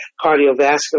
cardiovascular